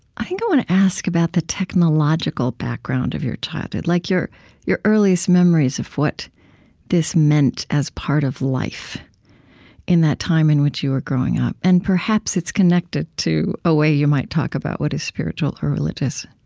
i think i want to ask about the technological background of your childhood, like your your earliest memories of what this meant as part of life in that time in which you were growing up. and perhaps it's connected to a way you might talk about what is spiritual or religious